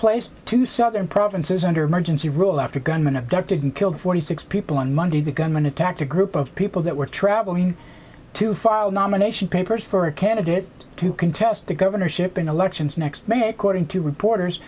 place to southern provinces under emergency rule after gunmen abducted and killed forty six people on monday the gunmen attacked a group of people that were traveling to file nomination papers for a candidate to contest the governorship in elections next may according to reporters